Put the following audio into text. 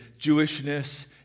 Jewishness